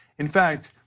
in fact,